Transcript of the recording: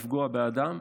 לפגוע באדם,